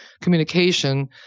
communication